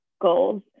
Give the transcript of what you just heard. goals